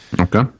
Okay